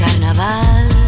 carnaval